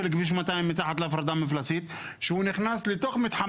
כביש 200 מתחת להפרדה המפלסית שהוא נכנס לתוך מתחם